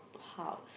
house